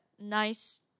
nice